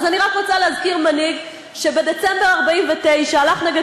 אז אני רק רוצה להזכיר מנהיג שבדצמבר 1949 הלך נגד